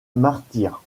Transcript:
martyrs